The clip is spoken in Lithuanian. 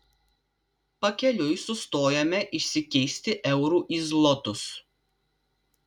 pakeliui sustojome išsikeisti eurų į zlotus